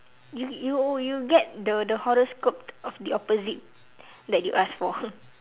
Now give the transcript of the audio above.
you you you get the the horoscope of the opposite that you ask for